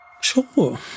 Sure